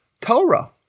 Torah